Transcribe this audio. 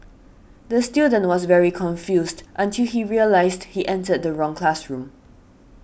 the student was very confused until he realised he entered the wrong classroom